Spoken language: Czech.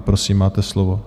Prosím, máte slovo.